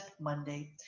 Monday